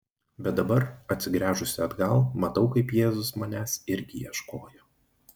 bet dabar atsigręžusi atgal matau kaip jėzus manęs irgi ieškojo